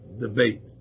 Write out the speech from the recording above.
debate